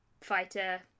fighter